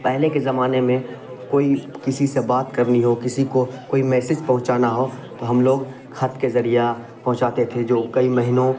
پہلے کے زمانے میں کوئی کسی سے بات کرنی ہو کسی کو کوئی میسج پہنچانا ہو تو ہم لوگ خط کے ذریعہ پہنچاتے تھے جو کئی مہینوں